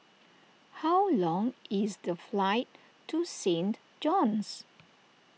how long is the flight to Saint John's